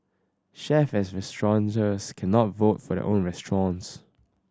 chef and restaurateurs cannot vote for the own restaurants